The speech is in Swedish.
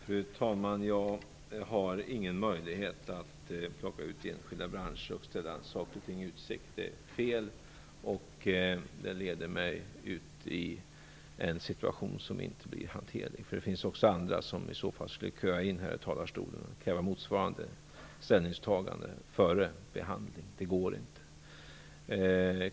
Fru talman! Jag har ingen möjlighet att plocka ut enskilda branscher och ställa saker och ting i utsikt. Det är fel. Det leder mig ut i en situation som inte blir hanterlig. Det finns också andra som i så fall skulle köa till talarstolen och kräva motsvarande ställningstagande före behandlingen av frågan. Det går inte.